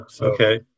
Okay